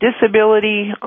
Disability